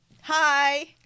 Hi